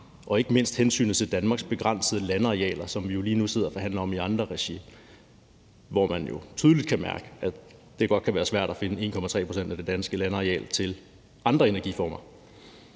og ikke mindst hensynet til Danmarks begrænsede landarealer, som vi jo lige nu sidder og forhandler om i andre regi, hvor man jo tydeligt kan mærke, at det godt kan være svært at finde 1,3 pct. af det danske landareal til andre energiformer.